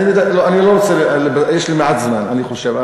לא, אני לא רוצה, יש לי מעט זמן, אני חושב.